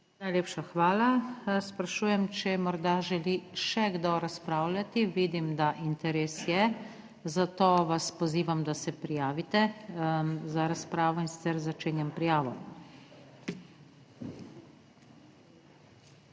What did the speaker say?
Najlepša hvala. Sprašujem, če morda želi še kdo razpravljati? Vidim, da interes je, zato vas pozivam, da se prijavite za razpravo in sicer začenjam prijavo.